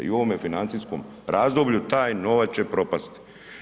I u ovome financijskom razdoblju taj novac će propasti.